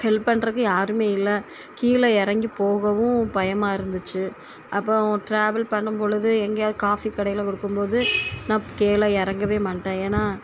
help பண்ணுறக்கு யாருமே இல்லை கீழே இறங்கி போகவும் பயமாக இருந்துச்சு அப்புறம் ட்ராவல் பண்ணும் பொழுது எங்கேயாது காஃபி கடையில் குடிக்கும்போது நான் கீழே இறங்கவே மாட்டேன் ஏன்னால்